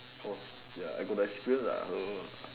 cause I got the experience so